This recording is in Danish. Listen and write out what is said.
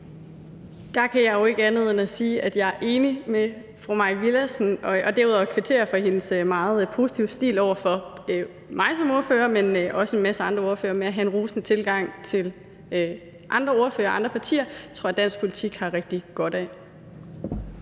Der kan jeg jo ikke andet end sige, at jeg er enig med fru Mai Villadsen, og derudover kvittere for hendes meget positive stil over for mig som ordfører, men også en masse andre ordførere, med at have en rosende tilgang til andre ordførere og andre partier. Det tror jeg dansk politik har rigtig godt af.